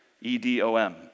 E-D-O-M